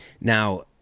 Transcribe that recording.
Now